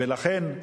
ולכן,